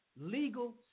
legal